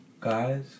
guys